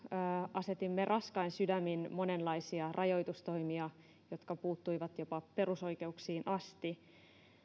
asetimme raskain sydämin monenlaisia rajoitustoimia jotka puuttuivat jopa perusoikeuksiin asti